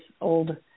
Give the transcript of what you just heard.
old